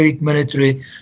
military